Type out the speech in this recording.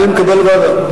אני מקבל ועדה.